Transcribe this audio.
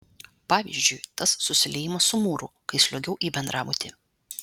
pavyzdžiui tas susiliejimas su mūru kai sliuogiau į bendrabutį